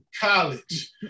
college